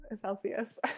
Celsius